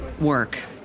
work